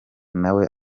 nawe